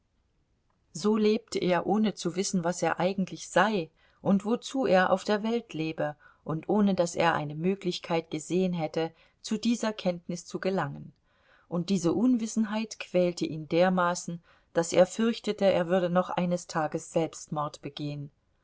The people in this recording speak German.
so lebte er ohne zu wissen was er eigentlich sei und wozu er auf der welt lebe und ohne daß er eine möglichkeit gesehen hätte zu dieser kenntnis zu gelangen und diese unwissenheit quälte ihn dermaßen daß er fürchtete er würde noch eines tages selbstmord begehen